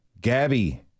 Gabby